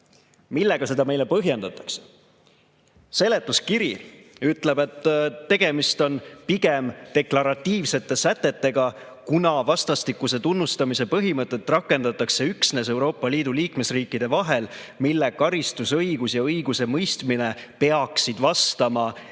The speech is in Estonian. Millega seda meile põhjendatakse? Seletuskiri ütleb, et tegemist on pigem deklaratiivsete sätetega, kuna vastastikuse tunnustamise põhimõtet rakendatakse üksnes Euroopa Liidu liikmesriikide vahel, mille karistusõigus ja õigusemõistmine peaksid vastama EIÕK